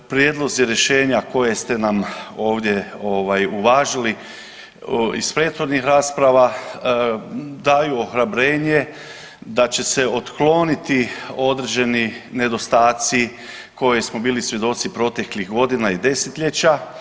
Prijedlozi rješenja koje ste nam ovdje ovaj uvažili iz prethodnih rasprava daju ohrabrenje da će se otkloniti određeni nedostaci koje smo bili svjedoci proteklih godina i desetljeća.